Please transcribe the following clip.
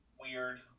weird